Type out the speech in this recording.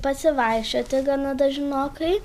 pasivaikščioti gana dažnokai